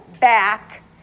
back